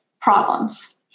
problems